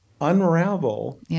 unravel